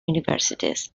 universities